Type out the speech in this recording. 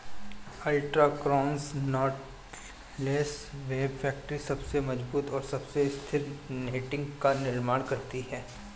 ultra cross knotless web factory सबसे मजबूत और सबसे स्थिर नेटिंग का निर्माण करती है